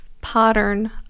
pattern